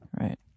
right